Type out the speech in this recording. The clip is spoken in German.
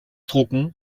drucken